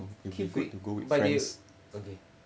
okay great but you okay